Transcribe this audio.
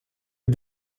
est